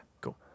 cool